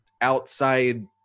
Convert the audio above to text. outside